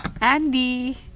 Andy